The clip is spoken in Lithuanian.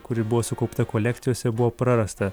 kuri buvo sukaupta kolekcijose buvo prarasta